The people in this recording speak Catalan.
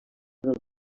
del